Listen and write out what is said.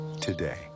today